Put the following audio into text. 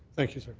thank you, sir.